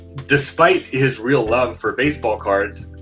despite his real love for baseball cards,